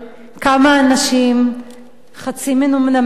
כמה אנשים חצי מנומנמים,